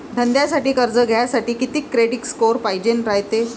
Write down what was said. धंद्यासाठी कर्ज घ्यासाठी कितीक क्रेडिट स्कोर पायजेन रायते?